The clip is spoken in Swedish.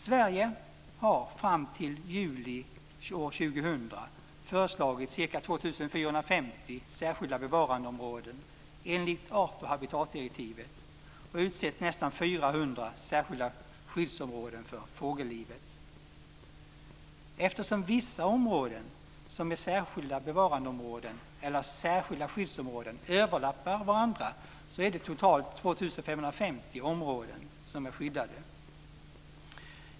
Sverige har fram till juli år 2000 föreslagit ca 2 450 särskilda bevarandeområden enligt art och habitatdirektivet och utsett nästan 400 särskilda skyddsområden för fågellivet. Eftersom vissa områden som är särskilda bevarandeområden eller särskilda skyddsområden överlappar varandra så finns det totalt ca 2 550 områden som är skyddade.